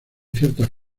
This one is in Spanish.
ciertas